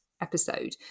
episode